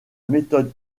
méthode